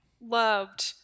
loved